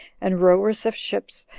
and rowers of ships,